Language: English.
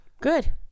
Good